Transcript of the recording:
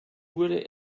wurde